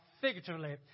figuratively